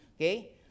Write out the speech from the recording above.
okay